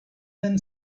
done